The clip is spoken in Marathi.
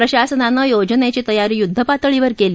प्रशासनानं योजनेची तयारी युद्धपातळीवर केली